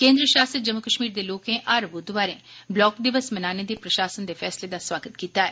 केन्द्र शासित जम्मू कश्मीर दे लोकें हर बुधवारें ब्लाक दिवस मनाने दे प्रशासन दे फैसले दा स्वागत कीता ऐ